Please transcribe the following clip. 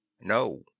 No